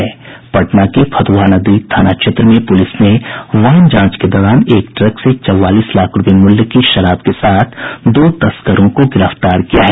पटना के फतुहा नदी थाना क्षेत्र में पुलिस ने वाहन जांच के दौरान एक ट्रक से चौवालीस लाख रूपये मूल्य की शराब के साथ दो तस्करों को गिरफ्तार किया है